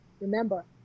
remember